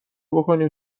بکنیم